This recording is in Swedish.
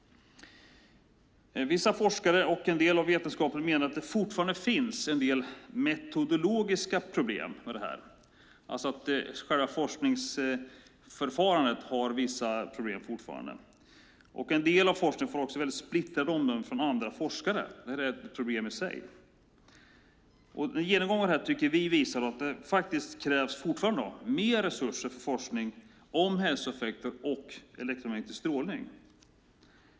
Vissa forskare och en del av vetenskapen menar att det fortfarande finns en del metodologiska problem med detta, alltså att själva forskningsförfarandet har vissa problem. En del av forskningen får också mycket splittrade omdömen från andra forskare. Det är ett problem i sig. Vi tycker att genomgången här visar att det fortfarande krävs mer resurser för forskning om hälsoeffekter och elektromagnetisk strålning.